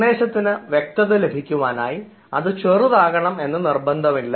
സന്ദേശത്തിന് വ്യക്തത ലഭിക്കുവാനായി അത് ചെറുതാകണം എന്ന് നിർബന്ധമില്ല